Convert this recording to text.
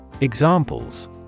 Examples